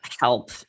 help